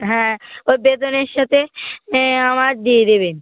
হ্যাঁ ওই বেতনের সাথে এ আমার দিয়ে দেবেন